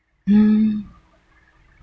um